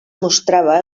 mostrava